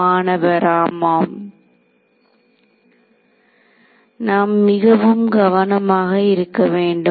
மாணவர் ஆமாம் நாம் மிகவும் கவனமாக இருக்க வேண்டும்